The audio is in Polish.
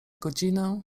godzinę